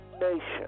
nation